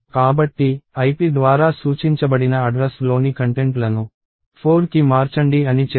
కాబట్టి ip ద్వారా సూచించబడిన అడ్రస్ లోని కంటెంట్లను 4కి మార్చండి అని చెప్పింది